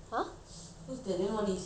I don't know he then after that